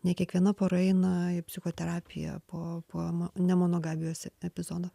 ne kiekviena pora eina į psichoterapiją po po mo nemonogabijos epizodo